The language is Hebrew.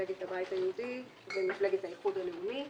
מפלגת הבית היהודי ומפלגת האיחוד הלאומי.